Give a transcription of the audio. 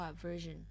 version